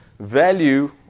Value